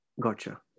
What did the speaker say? Gotcha